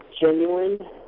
genuine